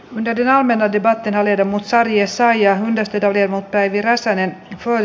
mene ja omenat eivät enää viedä mut sarjassa ja väistö toivoo päivi räsänen toi